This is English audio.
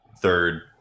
third